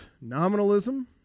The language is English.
nominalism